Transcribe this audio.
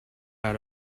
out